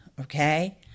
okay